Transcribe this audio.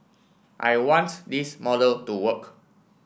I want this model to work